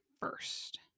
first